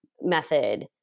method